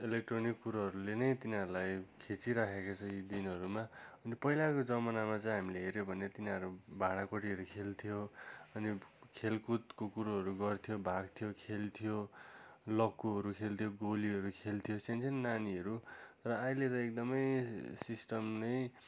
electronic कुरोहरूले नै तिनीहरूलाई खिँचिराखेको छ यी दिनहरूमा अनि पहिलाको जमानामा चाहिँ हामीले हेर्यो भने तिनीहरू भाँडाकुटीहरू खेल्थ्यो अनि खेलकुदको कुरोहरू गर्थ्यो भाग्थ्यो खेल्थ्यो लक्कुहरू खेल्थ्यो गोलीहरू खेल्थ्यो सामो सानो नानीहरू र अहिले त एकदमै सिस्टम नै